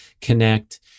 connect